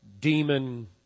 demon